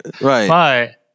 right